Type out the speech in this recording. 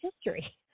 history